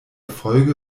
folge